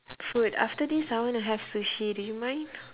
food after this I wanna have sushi do you mind